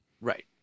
Right